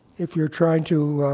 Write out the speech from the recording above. if you're trying to